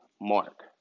Mark